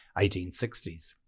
1860s